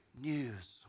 news